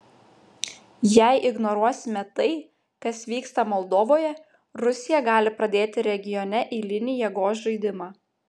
jei ignoruosime tai kas vyksta moldovoje rusija gali pradėti regione eilinį jėgos žaidimą